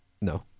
No